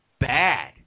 bad